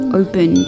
open